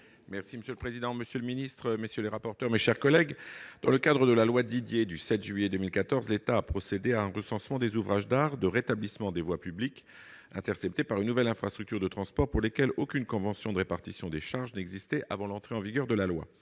Lefèvre. Monsieur le président, monsieur le secrétaire d'État, mes chers collègues, dans le cadre de la loi Didier du 7 juillet 2014, l'État a procédé à un recensement des ouvrages d'art de rétablissement des voies publiques interrompues par une nouvelle infrastructure de transport pour lesquelles aucune convention de répartition des charges n'existait avant l'entrée en vigueur de cette loi.